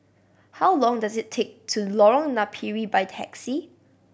how long does it take to Lorong Napiri by taxi